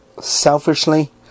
selfishly